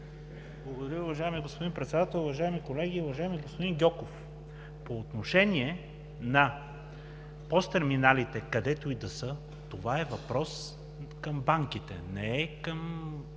(ГЕРБ): Уважаеми господин Председател, уважаеми колеги! Уважаеми господин Гьоков, по отношение на ПОС терминалите, където и да са, това е въпрос към банките, а не към